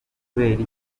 ukunda